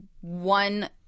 one